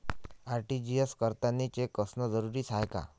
RTGS करतांनी cheque असनं जरुरीच हाय का?